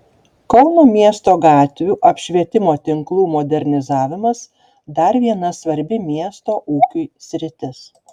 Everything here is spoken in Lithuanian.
kauno miesto gatvių apšvietimo tinklų modernizavimas dar viena svarbi miesto ūkiui sritis